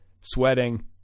sweating